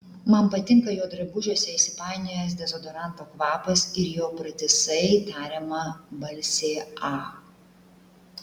man patinka jo drabužiuose įsipainiojęs dezodoranto kvapas ir jo pratisai tariama balsė a